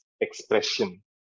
expression